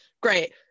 great